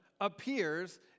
appears